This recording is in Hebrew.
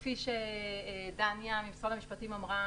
כפי שדניה ממשרד המשפטים אמרה,